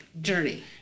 journey